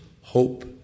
hope